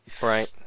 Right